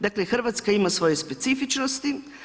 Dakle, Hrvatska ima svoje specifičnosti.